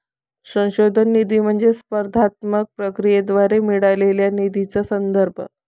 संशोधन निधी म्हणजे स्पर्धात्मक प्रक्रियेद्वारे मिळालेल्या निधीचा संदर्भ